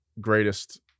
greatest